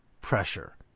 pressure